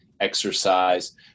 Exercise